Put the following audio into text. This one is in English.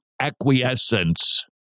acquiescence